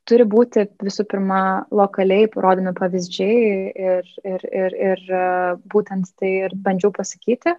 turi būti visų pirma lokaliai parodomi pavyzdžiai ir ir ir ir būtent tai ir bandžiau pasakyti